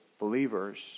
believers